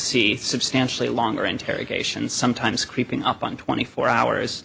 a substantially longer interrogation sometimes creeping up on twenty four hours